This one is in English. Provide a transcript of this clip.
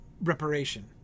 reparation